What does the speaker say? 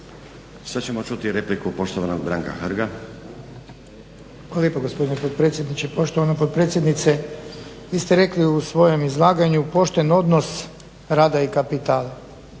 Sad ćemo čuti repliku poštovanog Branka Hrga. **Hrg, Branko (HSS)** Hvala lijepo gospodine potpredsjedniče. Poštovana potpredsjednice, vi ste rekli u svojem izlaganju poštujem odnos rada i kapitala.